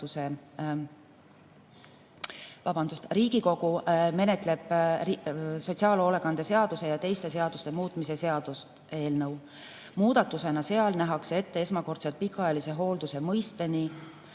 Riigikogu menetleb sotsiaalhoolekande seaduse ja teiste seaduste muutmise seaduse eelnõu. Muudatusena nähakse seal ette esmakordselt pikaajalise hoolduse mõiste